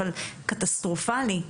אבל קטסטרופלי,